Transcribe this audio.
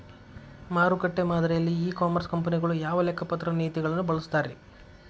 ಮಾರುಕಟ್ಟೆ ಮಾದರಿಯಲ್ಲಿ e commerce ಕಂಪನಿಗಳು ಯಾವ ಲೆಕ್ಕಪತ್ರ ನೇತಿಗಳನ್ನ ಬಳಸುತ್ತಾರಿ?